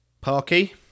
Parky